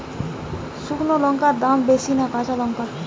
শুক্নো লঙ্কার দাম বেশি না কাঁচা লঙ্কার?